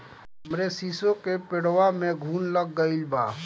हमरे शीसो के पेड़वा में घुन लाग गइल बा